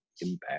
impact